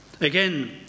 Again